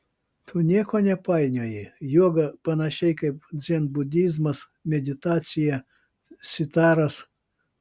tu nieko nepainioji joga panašiai kaip dzenbudizmas meditacija sitaras